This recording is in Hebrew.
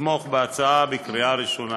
לתמוך בהצעה בקריאה ראשונה.